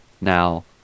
Now